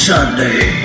Sunday